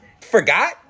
forgot